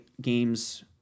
games